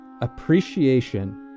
Appreciation